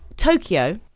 Tokyo